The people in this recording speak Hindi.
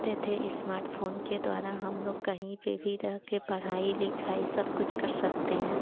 ते थे इस्मार्टफ़ोन के द्वारा हम लोग कहीं पर भी रहकर पढ़ाई लिखाई सब कुछ कर सकते हैं